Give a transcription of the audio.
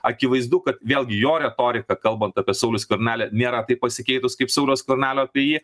akivaizdu kad vėlgi jo retorika kalbant apie saulių skvernelį nėra taip pasikeitus kaip sauliaus skvernelio apie jį